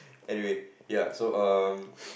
anyway ya so um